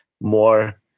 more